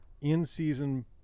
in-season